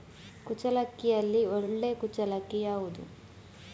ಕುಚ್ಚಲಕ್ಕಿಯಲ್ಲಿ ಒಳ್ಳೆ ಕುಚ್ಚಲಕ್ಕಿ ಯಾವುದು?